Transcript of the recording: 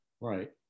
Right